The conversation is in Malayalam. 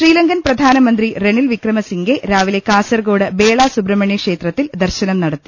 ശീലങ്കൻ പ്രധാനമന്ത്രി റെനിൽ വിക്രമസിഗെ രാവിലെ കാസർകോട് ബേള സുബ്രഹ്മണ്യക്ഷേത്രത്തിൽ ദർശനം നടത്തി